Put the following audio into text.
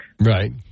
Right